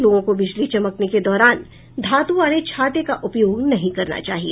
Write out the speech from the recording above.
लोगों को बिजली चमकने के दौरान धातु वाले छाते का उपयोग नहीं करना चाहिए